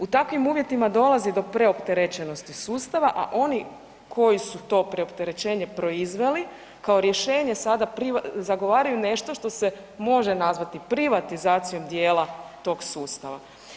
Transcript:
U takvim uvjetima dolazi do preopterećenosti sustava, a oni koji su to preopterećenje proizveli kao rješenje sada zagovaraju nešto što se može nazvati privatizacijom dijela tog sustava.